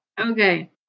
Okay